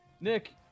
Nick